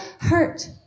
hurt